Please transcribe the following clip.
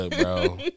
bro